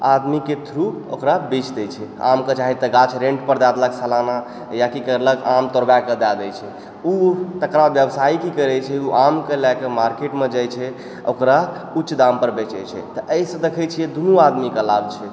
आदमी के थ्रू ओकरा बेच दै छै आमके चाहे तऽ गाछ रेंट पर दए देलक सलाना या की करलक आम तोड़बए कऽ दए दै छै ओ तकरा व्यवसायी की करै छै ओ आम कऽ लए कऽ मार्केट मे जाइ छै ओकरा उच्च दाम पर बेचै छै तऽ एहि सऽ देखै छियै दुनू आदमी के लाभ छै